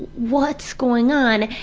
what's going on?